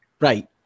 right